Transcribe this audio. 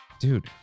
dude